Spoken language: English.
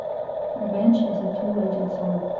revenge is a two-edged sword.